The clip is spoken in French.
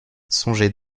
songez